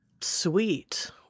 sweet